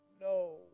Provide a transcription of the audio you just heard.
No